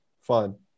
Fine